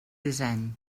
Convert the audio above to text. disseny